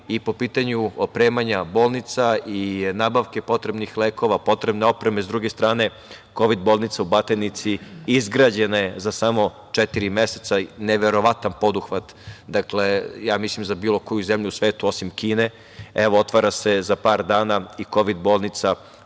i po pitanju opremanja bolnica i nabavke potrebnih lekova, potrebne opreme.S druge strane, Kovid bolnica u Batajnici izgrađena je za samo četiri meseca. Neverovatan poduhvat, ja mislim, za bilo koju zemlju u svetu osim Kine. Otvara se za par dana i Kovid bolnica